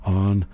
on